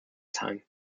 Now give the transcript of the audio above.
time